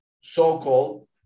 so-called